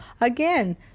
again